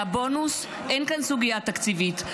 והבונוס: אין כאן סוגיה תקציבית,